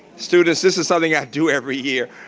students, this is something i do every year.